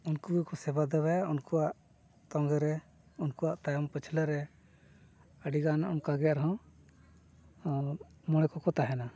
ᱩᱱᱠᱩ ᱜᱮᱠᱚ ᱥᱮᱵᱟ ᱫᱮᱵᱟᱭᱟ ᱩᱱᱠᱩᱣᱟᱜ ᱛᱚᱝᱜᱮ ᱨᱮ ᱩᱱᱠᱩᱣᱟᱜ ᱛᱟᱭᱚᱢ ᱯᱟᱹᱪᱷᱞᱟᱹ ᱨᱮ ᱟᱹᱰᱤ ᱜᱟᱱ ᱚᱱᱠᱟ ᱜᱮ ᱟᱨᱦᱚᱸ ᱢᱚᱬᱮ ᱠᱚᱠᱚ ᱛᱟᱦᱮᱱᱟ